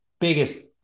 biggest